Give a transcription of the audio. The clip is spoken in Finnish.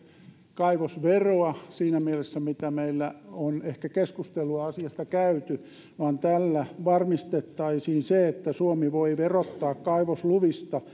kaivosveroa siinä mielessä mitä meillä on ehkä keskustelua asiasta käyty vaan tällä varmistettaisiin se että suomi voi verottaa kaivosluvista